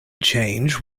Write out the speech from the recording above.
change